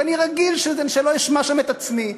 ואני רגיל שלא אשמע שם את עצמי.